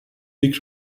پیک